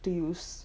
to use